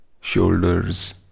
shoulders